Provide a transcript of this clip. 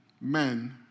men